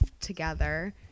together